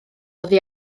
oddi